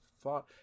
thought